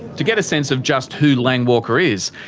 to get a sense of just who lang walker is,